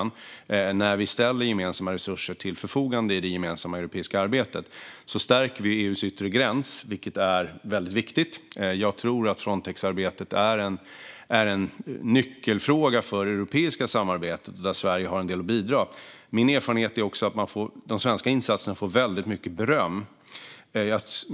Men när vi ställer gemensamma resurser till förfogande i det gemensamma europeiska arbetet stärker vi EU:s yttre gräns, vilket är väldigt viktigt. Jag tror att Frontexarbetet är en nyckelfråga för det europeiska samarbetet och att Sverige har en del att bidra med. Min erfarenhet är att de svenska insatserna får väldigt mycket beröm.